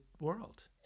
world